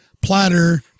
platter